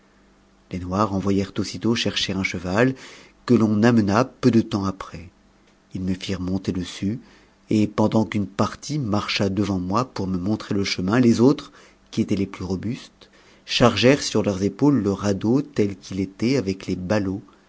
les noirs envoyèrent aussitôt chercher un cheval que l'on amena peu de temps après ils me firent monter dessus et pendant qu'une partie marcha devant moi pour me montrer le chemin lesautres qui étaient tes plus robustes chargèrent sur leurs épaules le radeau tel qu'il était aver lesballots